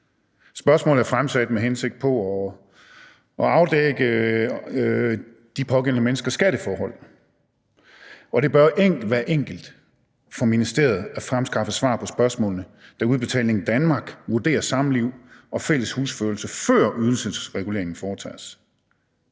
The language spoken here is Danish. Spørgsmålet er fremsat med henblik på at afdække de pågældende menneskers skatteforhold, og det bør være enkelt for ministeriet at fremskaffe svar på spørgsmålene, da Udbetaling Danmark vurderer samliv og fælles husførelse, før ydelsesreguleringen foretages.